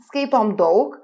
skaitom daug